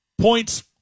points